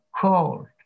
cold